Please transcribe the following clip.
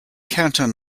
canton